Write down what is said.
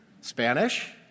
Spanish